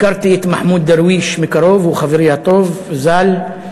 הכרתי את מחמוד דרוויש מקרוב, הוא חברי הטוב, ז"ל.